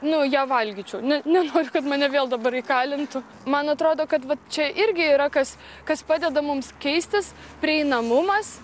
nu ją valgyčiau ne nenoriu kad mane vėl dabar įkalintų man atrodo kad va čia irgi yra kas kas padeda mums keistis prieinamumas